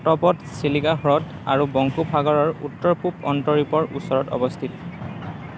সতপদ চিলিকা হ্ৰদ আৰু বংগোপসাগৰৰ উত্তৰ পূব অন্তৰীপৰ ওচৰত অৱস্থিত